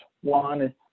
one